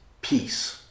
peace